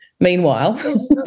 Meanwhile